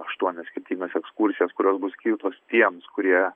aštuonias skirtingas ekskursijas kurios bus skirtos tiems kurie